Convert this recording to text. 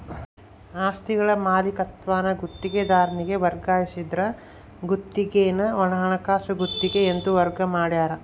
ಆಸ್ತಿಗಳ ಮಾಲೀಕತ್ವಾನ ಗುತ್ತಿಗೆದಾರನಿಗೆ ವರ್ಗಾಯಿಸಿದ್ರ ಗುತ್ತಿಗೆನ ಹಣಕಾಸು ಗುತ್ತಿಗೆ ಎಂದು ವರ್ಗ ಮಾಡ್ಯಾರ